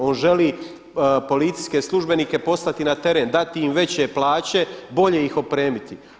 On želi policijske službenike poslati na teren, dati im veće plaće, bolje ih opremiti.